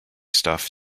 stuff